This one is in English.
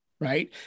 right